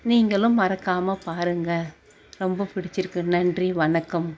நீங்களும் மறக்காமல் பாருங்க ரொம்ப பிடிச்சுருக்கு நன்றி வணக்கம்